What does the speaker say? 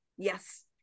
Yes